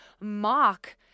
mock